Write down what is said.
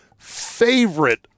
favorite